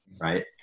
right